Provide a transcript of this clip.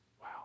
Wow